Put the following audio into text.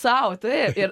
sau taip ir